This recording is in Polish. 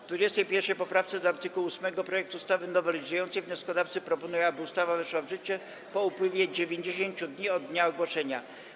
W 21. poprawce do art. 8 projektu ustawy nowelizującej wnioskodawcy proponują, aby ustawa weszła w życie po upływie 90 dni od dnia ogłoszenia.